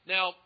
Now